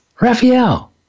Raphael